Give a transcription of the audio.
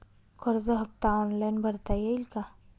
कर्ज हफ्ता ऑनलाईन भरता येईल का?